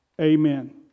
Amen